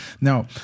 Now